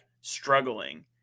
struggling